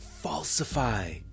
Falsify